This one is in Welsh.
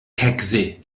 cegddu